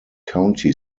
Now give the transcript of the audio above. county